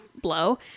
blow